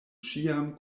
ĉiam